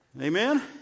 Amen